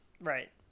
Right